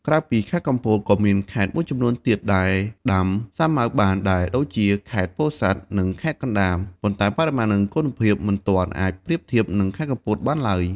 ក្រៅពីខេត្តកំពត ក៏មានខេត្តមួយចំនួនទៀតដែលដាំសាវម៉ាវបានដែរ ដូចជា ខេត្តពោធិ៍សាត់ និង ខេត្តកណ្ដាល ប៉ុន្តែបរិមាណនិងគុណភាពមិនទាន់អាចប្រៀបធៀបនឹងខេត្តកំពតបាននៅឡើយ។